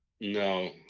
No